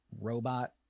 robot